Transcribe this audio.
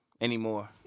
Anymore